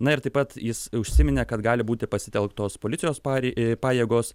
na ir taip pat jis užsiminė kad gali būti pasitelktos policijos parei pajėgos